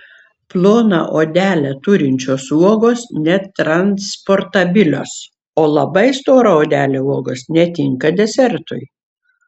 ploną odelę turinčios uogos netransportabilios o labai stora odele uogos netinka desertui